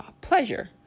pleasure